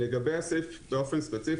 לגבי הסעיף הספציפי,